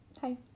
Hi